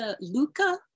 luca